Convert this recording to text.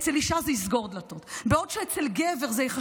אצל אישה זה יסגור דלתות,